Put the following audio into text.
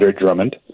Drummond